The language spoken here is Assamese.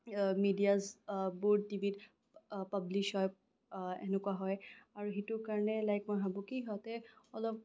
মিডিয়াচবোৰ টিভিত পাব্লিছ হয় এনেকুৱা হয় আৰু সেইটো কাৰণে লাইক মই ভাবোঁ কি ইহঁতে অলপ